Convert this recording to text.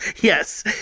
yes